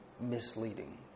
Misleading